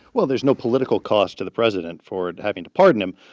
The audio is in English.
well, there's no political cost to the president for having to pardon him.